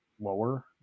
lower